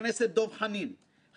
חבר הכנסת רועי פולקמן,